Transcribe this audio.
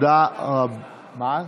תודה רבה.